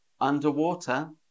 underwater